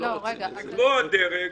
לקבוע דרג,